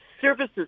services